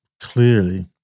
clearly